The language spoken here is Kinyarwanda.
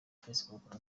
facebook